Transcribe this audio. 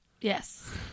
Yes